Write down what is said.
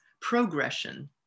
progression